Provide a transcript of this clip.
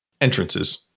entrances